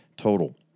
total